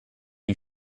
you